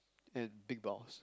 and big balls